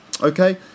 Okay